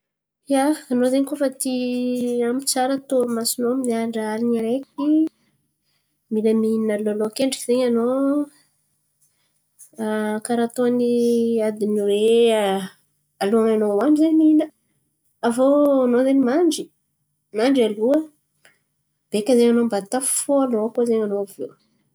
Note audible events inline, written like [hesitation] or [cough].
Ia, anao zen̈y koa fa ty ampy tsara tôromasonao amin'ny andra alin̈y araiky. Mila mihina alôhalôha akendriky zen̈y anao [hesitation] karà ataony adiny hoe [hesitation] alohan'ny anao hoandry zen̈y mihina. Aviô anao zen̈y mandry mandry aloha beka zen̈y anao mba tafifôha alôha koa zen̈y anao aviô.